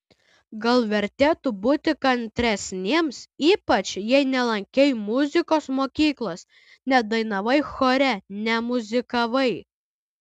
gal vertėtų būti kantresniems ypač jei nelankei muzikos mokyklos nedainavai chore nemuzikavai